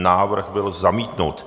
Návrh byl zamítnut.